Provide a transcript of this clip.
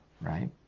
right